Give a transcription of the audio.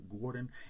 gordon